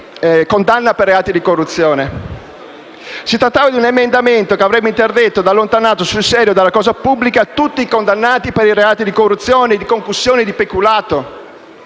Si trattava di un emendamento che avrebbe interdetto ed allontanato sul serio dalla cosa pubblica tutti i condannati per i reati di concussione, corruzione e peculato.